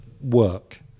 work